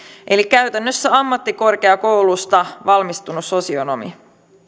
eli käytännössä ammattikorkeakoulusta valmistunut sosionomi